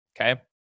okay